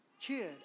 kid